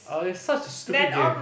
err it's such a stupid game